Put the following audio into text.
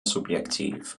subjektiv